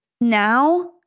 now